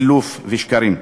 סילוף ושקרים.